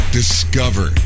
Discover